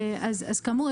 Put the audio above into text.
כאמור,